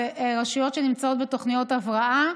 אלה רשויות שנמצאות בתוכניות הבראה.